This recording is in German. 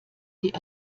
die